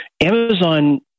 Amazon